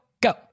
Go